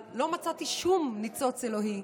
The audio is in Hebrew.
אבל לא מצאתי שום ניצוץ אלוהי,